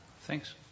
Thanks